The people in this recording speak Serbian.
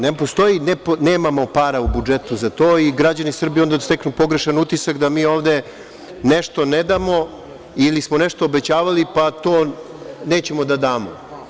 Nemamo para u budžetu za to i onda građani Srbije steknu pogrešan utisak da mi ovde nešto ne damo ili smo nešto obećavali, pa to nećemo da damo.